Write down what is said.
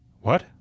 What